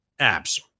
apps